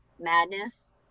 madness